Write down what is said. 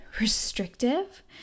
restrictive